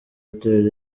hotel